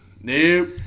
Nope